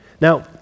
Now